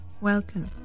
Welcome